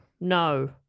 no